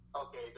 Okay